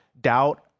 doubt